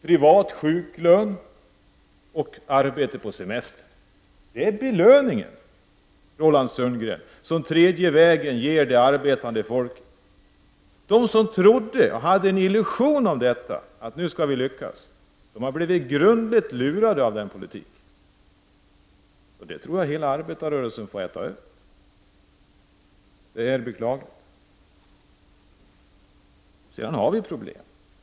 Privat sjuklön och arbete på semestern — det är den belöning, Roland Sundgren, som den tredje vägen ger det arbetande folket. De som trodde på och hade en illusion om att det skulle lyckas har blivit grundligt lurade av denna politik. Det tror jag att arbetarrörelsen får äta upp, och det är beklagligt. Vi har problem.